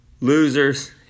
losers